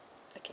okay